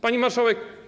Pani Marszałek!